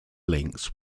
links